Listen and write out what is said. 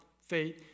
faith